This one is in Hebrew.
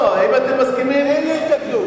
לא, אם אתם מסכימים, אין לי התנגדות.